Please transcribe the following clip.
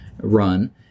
run